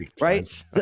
right